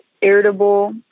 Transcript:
irritable